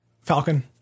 Falcon